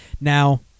Now